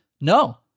no